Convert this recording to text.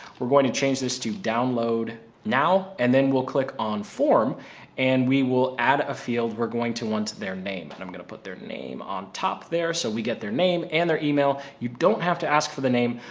we're going to change this to download now, and then we'll click on form and we will add a field we're going to want to their name, and i'm going to put their name on top there. so we get their name and their email. you don't have to ask for the name.